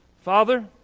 Father